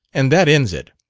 and that ends it.